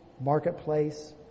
marketplace